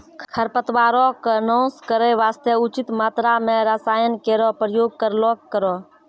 खरपतवारो क नाश करै वास्ते उचित मात्रा म रसायन केरो प्रयोग करलो करो